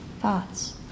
thoughts